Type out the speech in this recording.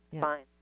Fine